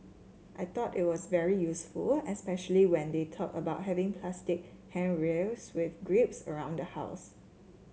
I thought it was very useful especially when they talked about having plastic handrails with grips around the house